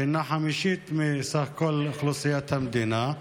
שהינה חמישית מסך כל אוכלוסיית המדינה.